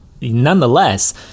nonetheless